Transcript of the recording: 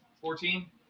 Fourteen